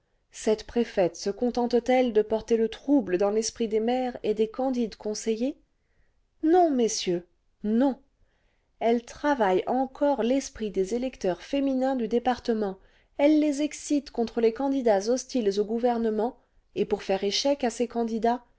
cette préfète se contente t elle de porter le trouble dans l'esprit des maires et des candides conseillers non messieurs non elle travaille encore l'esprit des électeurs féminins du département elle les excite contre les candidats hostiles au gouvernement et pour faire échec à ces candidats